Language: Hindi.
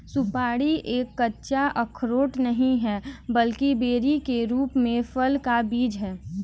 सुपारी एक सच्चा अखरोट नहीं है, बल्कि बेरी के रूप में फल का बीज है